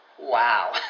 Wow